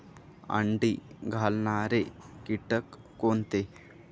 अंडी घालणारे किटक कोणते?